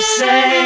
say